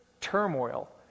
turmoil